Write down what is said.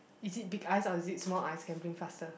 is it big eyes or is it small eyes can blink faster